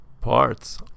parts